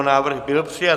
Návrh byl přijat.